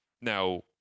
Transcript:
Now